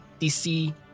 dc